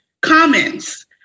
comments